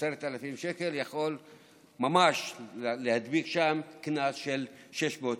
10,000 שקל יכול ממש להדביק שם קנס של 600,000,